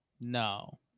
No